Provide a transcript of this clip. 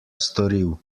storil